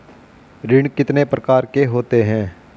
ऋण कितने प्रकार के होते हैं?